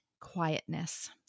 quietness